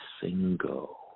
single